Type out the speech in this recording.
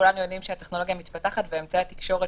כולנו יודעים שהטכנולוגיה מתפתחת ואמצעי התקשורת